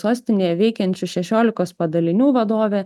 sostinėje veikiančių šešiolikos padalinių vadovė